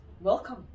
welcome